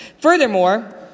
Furthermore